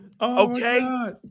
Okay